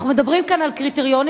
אנחנו מדברים כאן על קריטריונים,